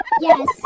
Yes